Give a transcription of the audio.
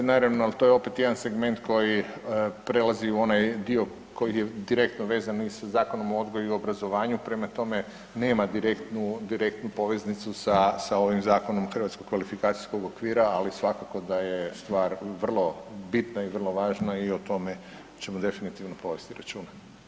Naravno, ali to je opet jedan segment koji prelazi u onaj dio koji je direktno vezan sa Zakonom o odgoji i obrazovanju, prema tome, nema direktnu poveznicu sa ovim Zakonom Hrvatskog kvalifikacijskog okvira, ali svakako da je stvar vrlo bitna i vrlo važna i o tome ćemo definitivno povesti računa.